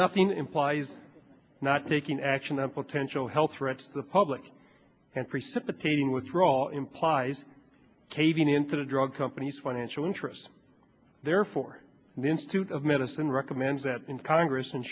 nothing implies not taking action a potential health threat to the public and precipitating withdraw implies caving in to the drug companies financial interests therefore the institute of medicine recommends that in congress